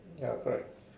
ya correct